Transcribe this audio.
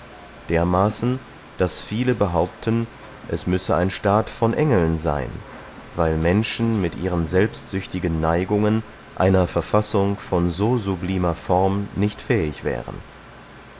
dermaßen daß viele behaupten es müsse ein staat von engeln seyn weil menschen mit ihren selbstsüchtigen neigungen einer verfassung von so sublimer form nicht fähig wären